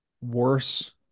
worse